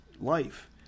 life